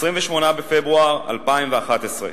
28 בפברואר 2011,